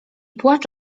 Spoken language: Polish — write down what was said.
płacz